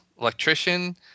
electrician